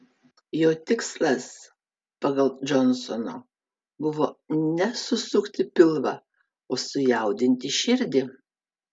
jo tikslas pasak džonsono buvo ne susukti pilvą o sujaudinti širdį